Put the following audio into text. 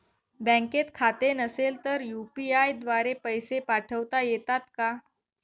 बँकेत खाते नसेल तर यू.पी.आय द्वारे पैसे पाठवता येतात का?